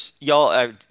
Y'all